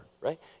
right